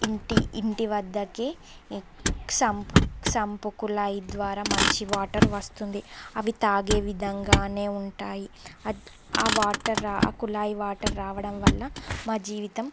ఇంటి ఇంటి వద్దకి సంపు సంపు కుళాయి ద్వారా మంచి వాటర్ వస్తుంది అవి తాగే విధంగానే ఉంటాయి ఆ ఆ వాటర్ ఆ కులాయి వాటర్ రావడం వల్ల మా జీవితం